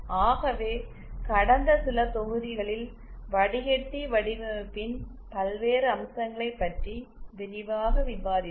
ஆகவே கடந்த சில தொகுதிகளில் வடிகட்டி வடிவமைப்பின் பல்வேறு அம்சங்களைப் பற்றி விரிவாக விவாதித்தோம்